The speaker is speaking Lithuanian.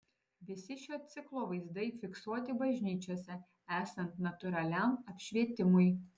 visi šio ciklo vaizdai fiksuoti bažnyčiose esant natūraliam apšvietimui